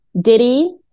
Diddy